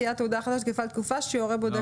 תהיה התעודה תקפה לתקפה שיורה בודק.